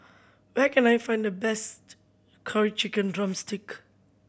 where can I find the best Curry Chicken drumstick